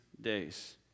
days